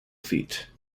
feet